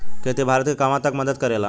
खेती भारत के कहवा तक मदत करे ला?